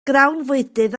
grawnfwydydd